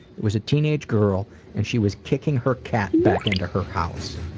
it was a teenage girl and she was kicking her cat back into her house.